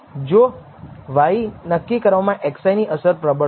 જો y નક્કી કરવામાં xi ની અસર પ્રબળ હોય